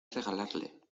regalarle